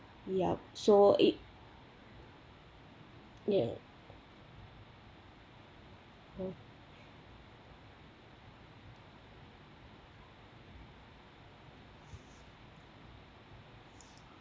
ya so it yeah mm